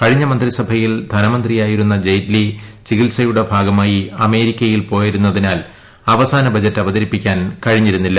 കഴിഞ്ഞ മന്ത്രിസഭയിൽ പ്രധാന്ത്രിയായിരുന്ന ജെയ്റ്റ്ലി ചികിത്സ യുടെ ഭാഗമായി അമേരിക്കയിൽ പോയിരുന്നതിനാൽ അവസാന ബജറ്റ് അവതരിപ്പിക്കാൻ ്കഴിഞ്ഞിരുന്നില്ല